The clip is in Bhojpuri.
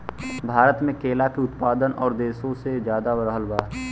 भारत मे केला के उत्पादन और देशो से ज्यादा रहल बा